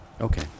Okay